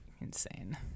Insane